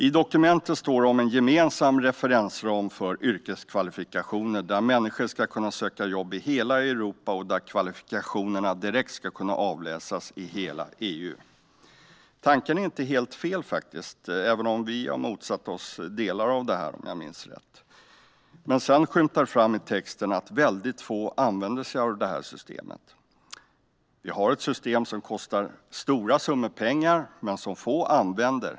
I dokumentet står det om en gemensam referensram för yrkeskvalifikationer, där människor ska kunna söka jobb i hela Europa och där kvalifikationerna direkt ska kunna avläsas i hela EU. Tanken är faktiskt inte helt fel, även om vi - ifall jag minns rätt - har motsatt oss delar av detta. Sedan skymtar man dock i texten att väldigt få använder sig av detta system. Vi har alltså ett system som kostar stora summor pengar men som få använder.